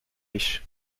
riche